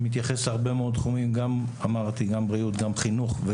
שמתייחס להרבה מאוד תחומים כמו בריאות חינוך,